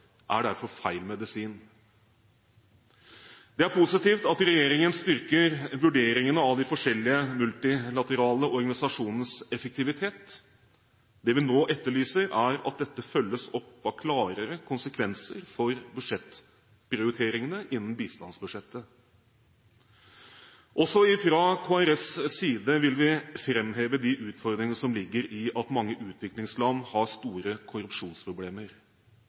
er derfor feil medisin. Det er positivt at regjeringen styrker vurderingene av de forskjellige multilaterale organisasjonenes effektivitet. Det vi nå etterlyser, er at dette følges opp av klarere konsekvenser for budsjettprioriteringene innen bistandsbudsjettet. Også fra Kristelig Folkepartis side vil vi framheve de utfordringene som ligger i at mange utviklingsland har store korrupsjonsproblemer,